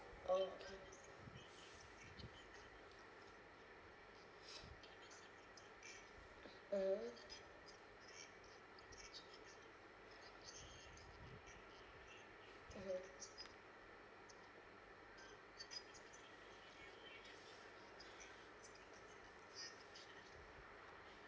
oh okay mm mmhmm